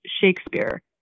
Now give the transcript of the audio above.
Shakespeare